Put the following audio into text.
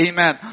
Amen